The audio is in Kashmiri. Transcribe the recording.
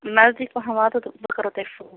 نزدیٖک پَہم واتو تہٕ بہٕ کَرو تۄہہِ فون